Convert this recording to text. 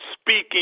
speaking